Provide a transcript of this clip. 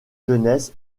jeunesse